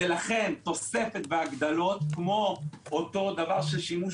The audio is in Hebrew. לכן תוספת והגדלות, כמו שימוש